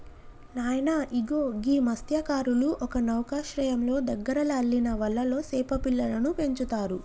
నాయన ఇగో గీ మస్త్యకారులు ఒక నౌకశ్రయంలో దగ్గరలో అల్లిన వలలో సేప పిల్లలను పెంచుతారు